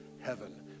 heaven